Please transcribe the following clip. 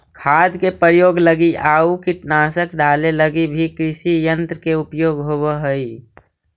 खाद के प्रयोग लगी आउ कीटनाशक डाले लगी भी कृषियन्त्र के उपयोग होवऽ हई